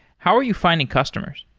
how are you finding customers?